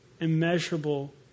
immeasurable